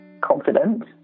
confident